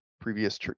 previous